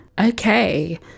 okay